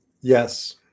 Yes